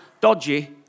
dodgy